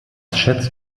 schätzt